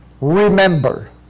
remember